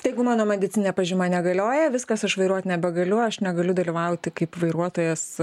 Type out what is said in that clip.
tai jeigu mano medicininė pažyma negalioja viskas aš vairuoti nebegaliu aš negaliu dalyvauti kaip vairuotojas